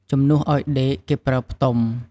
ជំនួសឲ្យ ដេក គេប្រើ ផ្ទំ។